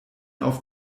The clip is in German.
auf